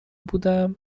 بودم